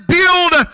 build